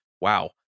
Wow